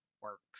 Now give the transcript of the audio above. works